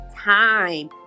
time